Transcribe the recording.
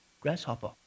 grasshopper